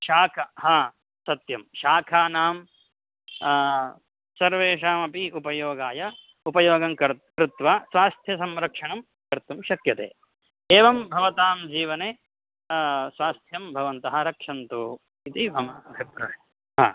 शाख हा सत्यं शाकानाम् सर्वेषामपि उपयोगाय उपयोगं कर् कृत्वा स्वास्थ्यसंरक्षणं कर्तुं शक्यते एवं भवतां जीवने स्वास्थ्यं भवन्तः रक्षन्तु इति मम अभिप्रायः हा